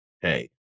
hey